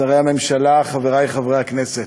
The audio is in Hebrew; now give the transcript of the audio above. שרי הממשלה, חברי חברי הכנסת,